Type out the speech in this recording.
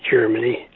Germany